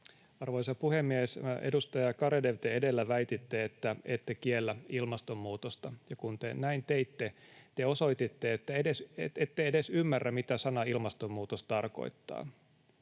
Arvoisa puhemies! Edustaja Garedew, te edellä väititte, että ette kiellä ilmastonmuutosta, ja kun te näin teitte, te osoititte, että ette edes ymmärrä, mitä sana ”ilmastonmuutos” tarkoittaa.